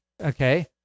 okay